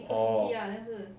orh